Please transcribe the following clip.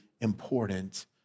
important